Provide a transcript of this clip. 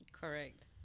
Correct